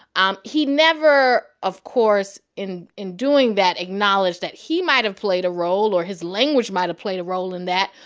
um he never, of course, in in doing that, acknowledged that he might have played a role or his language might have played a role in that.